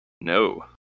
No